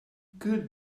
good